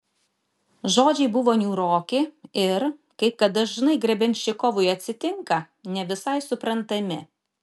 žodžiai buvo niūroki ir kaip kad dažnai grebenščikovui atsitinka ne visai suprantami